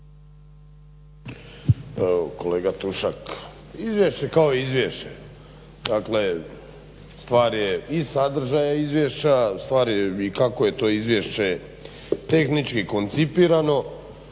Kolega Tušak izvješće kao izvješće, dakle stvar je i sadržaja izvješća, stvar je i kako je to izvješće tehnički koncipirano,